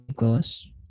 Willis